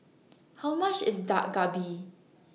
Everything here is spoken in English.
How much IS Dak Galbi